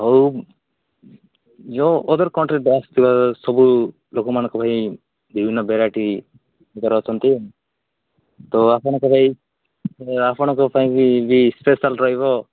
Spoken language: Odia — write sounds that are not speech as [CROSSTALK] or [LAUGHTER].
ହଉ ଯେଉଁ ଅଦର୍ କଣ୍ଟ୍ରିରୁ ଆସିଥିବା ସବୁ ଲୋକ ମାନଙ୍କ ପାଇଁ ବିଭିନ୍ନ ଭେରାଇଟ୍ [UNINTELLIGIBLE] ଅଛନ୍ତି ତ ଆପଣଙ୍କ ପାଇଁ ଆପଣଙ୍କ ପାଇଁ ବି ବି ସ୍ପେସିଆଲ୍ ରହିବ